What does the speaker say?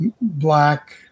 black